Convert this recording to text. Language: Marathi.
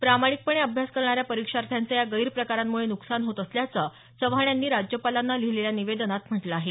प्रामाणिकपणे अभ्यास करणाऱ्या परीक्षार्थ्यांचं या गैरप्रकारांमुळे नुकसान होत असल्याचं चव्हाण यांनी राज्यपालांना लिहिलेल्या निवेदनात म्हटलं आहे